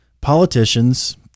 politicians